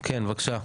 כן בבקשה.